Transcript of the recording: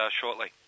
shortly